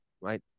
right